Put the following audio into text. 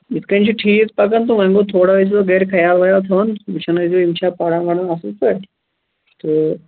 یِتھٕ کٔنۍ چھِ ٹھیٖک پکان تہٕ وۅنۍ گوٚو تھوڑا ٲسۍزیٚو گرِ خیال ویال تھاوان وُچھان ٲسۍزیٚو یِم چھا پَران وَران اَصٕل پٲٹھۍ تہٕ